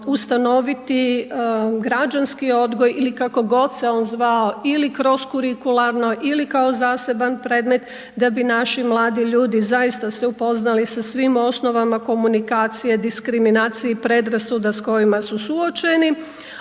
ustanoviti građanski odgoj ili kako god se on zvao ili kroz kurikularno, ili kao zaseban predmet da bi naši mladi ljudi zaista se upoznali sa svim osnovama komunikacije, diskriminacije i predrasuda s kojima su suočeni